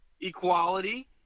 equality